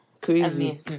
crazy